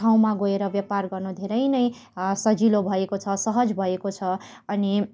ठाउँमा गएर व्यापार गर्नु धेरै नै सजिलो भएको छ सहज भएको छ अनि